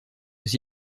aux